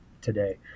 today